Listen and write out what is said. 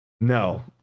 No